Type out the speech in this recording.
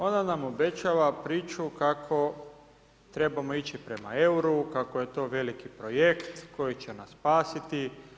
Ona nam obećava priču kako trebamo ići prema euru, kako je to veliki projekt koji će nas spasiti.